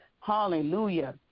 Hallelujah